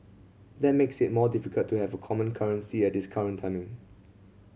that makes it more difficult to have a common currency at this current timing